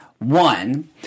One